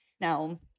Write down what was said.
Now